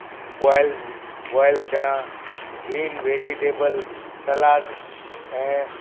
boil boil chana green vegetable salad ऐं